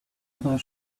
other